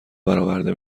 براورده